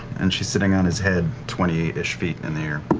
and she's sitting on his head, twenty eight ish feet in the air.